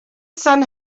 sun